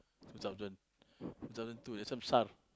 two thousand two thousand two that time S_A_R_S